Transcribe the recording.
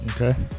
Okay